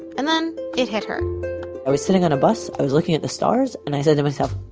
and then it hit her i was sitting on a bus, i was looking at the stars, and i said to myself,